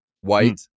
white